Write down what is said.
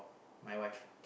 my wife